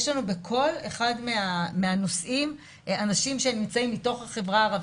יש לנו בכל אחד מהנושאים אנשים מתוך החברה הערבית,